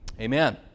Amen